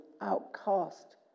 outcast